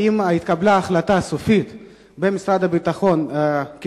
האם התקבלה במשרד הביטחון החלטה סופית של